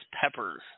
Peppers